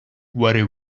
very